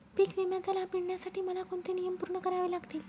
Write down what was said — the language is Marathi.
पीक विम्याचा लाभ मिळण्यासाठी मला कोणते नियम पूर्ण करावे लागतील?